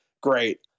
Great